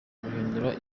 guhindura